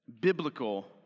biblical